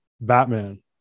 batman